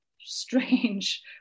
strange